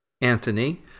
Anthony